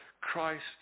Christ